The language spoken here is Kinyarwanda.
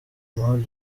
amahoro